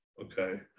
Okay